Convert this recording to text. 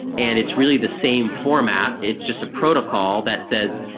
and it's really the same format. it's just a protocol that says,